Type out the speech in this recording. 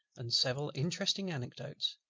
and several interesting anecdotes.